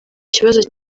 kibazo